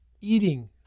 eating